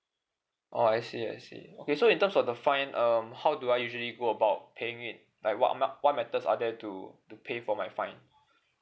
orh I see I see okay so in terms of the fine um how do I usually go about paying it like what amount what methods are there to to pay for my fine